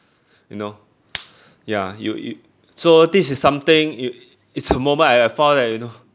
you know ya you you so this is something it is the moment I found that you know